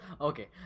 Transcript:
Okay